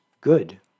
good